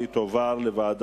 נתקבלה, והיא תעבור לוועדת